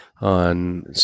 on